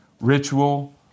ritual